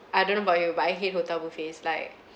I don't know about you but I hate hotel buffets like